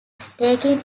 skating